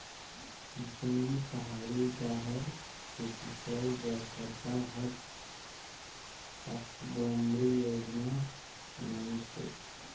जंगली, पहाड़ी डाहर के सिंचई बर सरकार हर साकम्बरी योजना लानिस हे